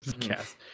Yes